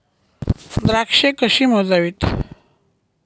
द्राक्षे कशी मोजावीत?